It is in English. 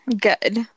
Good